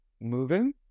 moving